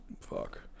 Fuck